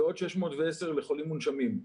ועוד 610 לחולים מונשמים.